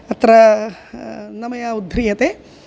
अत्र न मया उद्ध्रियते